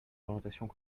orientations